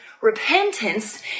repentance